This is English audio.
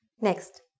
Next